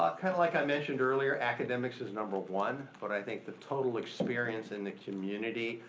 ah kind of like i mentioned earlier, academics is number one, but i think the total experience in the community,